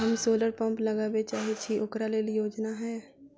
हम solar pump लगाबै चाहय छी ओकरा लेल योजना हय?